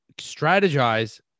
strategize